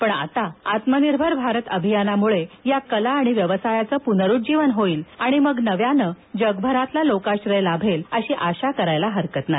पण आता आत्मनिर्भर भारत अभियानाम्ळे या कला आणि व्यवसायाचं पुनरुज्जीवन होईल आणि मग नव्यानं जगभरातील लोकाश्रय लाभेल अशी आशा करायला हरकत नाही